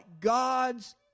God's